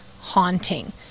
haunting